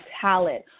talent